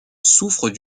souffrent